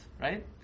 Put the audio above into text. right